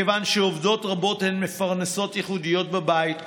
כיוון שעובדות רבות הן מפרנסות יחידות בבית,